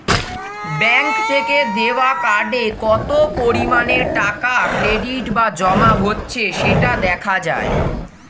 bank থেকে দেওয়া কার্ডে কত পরিমাণে টাকা ক্রেডিট বা জমা হচ্ছে সেটা দেখা যায়